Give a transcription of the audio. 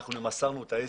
אנחנו מסרנו את העסק,